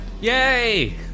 Yay